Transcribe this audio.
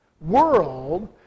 world